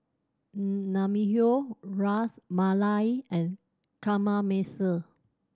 Naengmyeon Ras Malai and Kamameshi